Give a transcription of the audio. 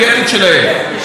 מ-A עד G,